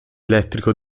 elettrico